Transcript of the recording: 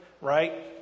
right